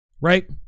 Right